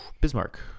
Bismarck